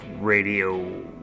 radio